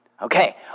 Okay